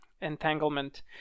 Entanglement